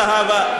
זהבה,